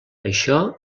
això